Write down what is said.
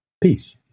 Peace